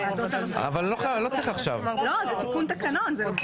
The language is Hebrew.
זה תיקון תקנות.